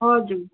हजुर